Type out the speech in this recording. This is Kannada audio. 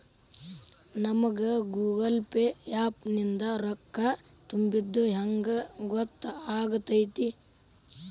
ನಮಗ ಗೂಗಲ್ ಪೇ ಆ್ಯಪ್ ನಿಂದ ರೊಕ್ಕಾ ತುಂಬಿದ್ದ ಹೆಂಗ್ ಗೊತ್ತ್ ಆಗತೈತಿ?